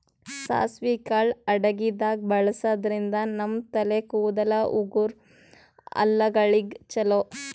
ಸಾಸ್ವಿ ಕಾಳ್ ಅಡಗಿದಾಗ್ ಬಳಸಾದ್ರಿನ್ದ ನಮ್ ತಲೆ ಕೂದಲ, ಉಗುರ್, ಹಲ್ಲಗಳಿಗ್ ಛಲೋ